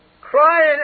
crying